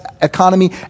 economy